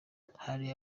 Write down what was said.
hari